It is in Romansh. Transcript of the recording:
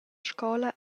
scola